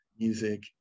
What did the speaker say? music